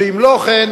שאם לא כן,